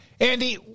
Andy